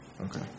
Okay